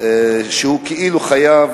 הוא כאילו חייב